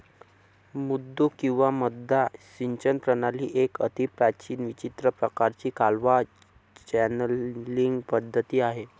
मुद्दू किंवा मद्दा सिंचन प्रणाली एक अतिप्राचीन विचित्र प्रकाराची कालवा चॅनलींग पद्धती आहे